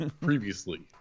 previously